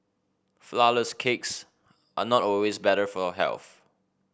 flourless cakes are not always better for health